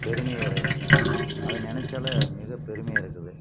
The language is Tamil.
பெருமையாக இருக்குது அதை நினச்சாலே மிக பெருமையாக இருக்குது